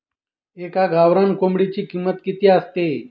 एका गावरान कोंबडीची किंमत किती असते?